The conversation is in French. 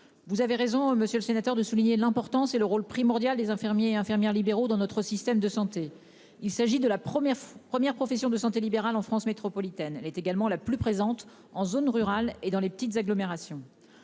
Vous avez raison, Monsieur le Sénateur, de souligner l'importance et le rôle primordial des infirmiers et infirmières libéraux dans notre système de santé. Il s'agit de la première première professions de santé libérales en France métropolitaine. Elle est également la plus présente en zone rurale et dans les petites agglomérations.